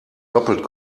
doppelt